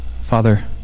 Father